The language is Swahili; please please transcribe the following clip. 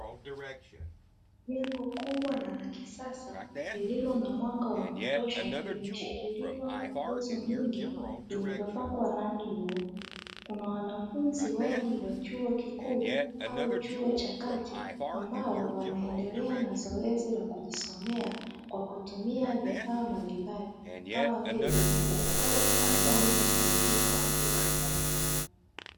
Jengo kubwa na la kisasa lililo na mwanga wa kutosha limeshikiliwa kwa nguzo nyingi zilizopakwa rangi nyeusi, kuna wanafunzi wengi wa chuo kikuu au chuo cha kati ambao wanaendelea na zoezi la kujisomea kwa kutumia vifaa mbalimbali, kama vile wa daftari pamoja na kompyuta mpakato